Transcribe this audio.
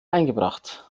eingebracht